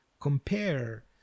compare